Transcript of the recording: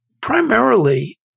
primarily